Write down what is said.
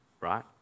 right